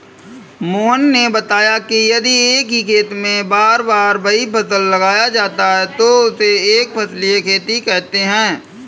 मोहन ने बताया कि यदि एक ही खेत में बार बार वही फसल लगाया जाता है तो उसे एक फसलीय खेती कहते हैं